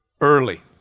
Early